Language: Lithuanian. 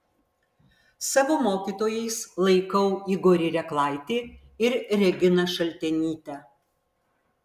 savo mokytojais laikau igorį reklaitį ir reginą šaltenytę